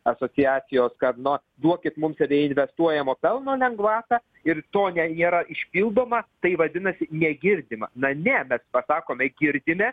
asociacijos kad na duokit mums reinvestuojamo pelno lengvatą ir to ne nėra išpildoma tai vadinasi negirdima na ne mes pasakome girdime